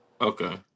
Okay